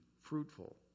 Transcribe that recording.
fruitful